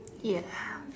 ya